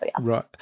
Right